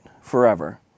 forever